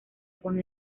juan